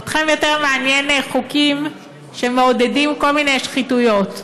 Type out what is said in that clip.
אתכם יותר מעניינים חוקים שמעודדים כל מיני שחיתויות.